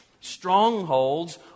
Strongholds